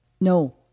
No